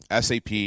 SAP